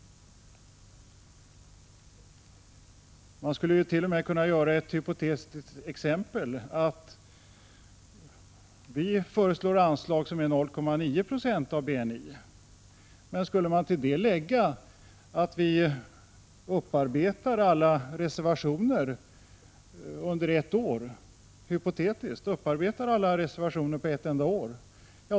Man skulle t.o.m. kunna göra ett hypotetiskt tankeexperiment, nämligen att vi till de anslag vi föreslår om 0,9 26 av BNI lägger att vi upparbetar alla reservationer under ett år.